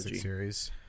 series